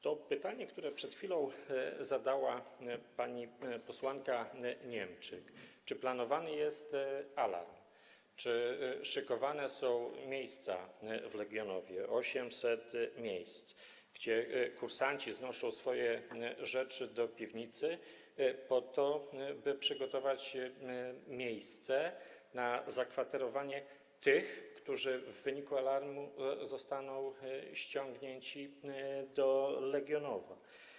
To pytanie, które przed chwilą zadała pani posłanka Niemczyk, dotyczące tego, czy jest planowany alarm, czy są szykowane miejsca w Legionowie - 800 miejsc - gdzie kursanci znoszą swoje rzeczy do piwnicy, po to by przygotować miejsce na zakwaterowanie tych, którzy w wyniku alarmu zostaną ściągnięci do Legionowa.